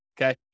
Okay